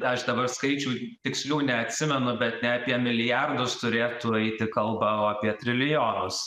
aš dabar skaičių tikslių neatsimenu bet ne apie milijardus turėtų eiti kalba o apie trilijonus